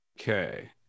Okay